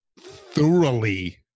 thoroughly